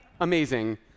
amazing